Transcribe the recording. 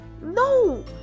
No